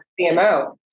CMO